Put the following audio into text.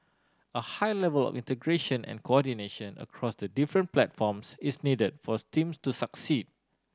a high level of integration and coordination across the different platforms is needed for teams to succeed